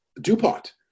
DuPont